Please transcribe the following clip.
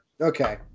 Okay